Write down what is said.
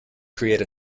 create